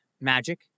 magic